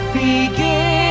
begin